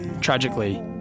Tragically